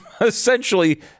essentially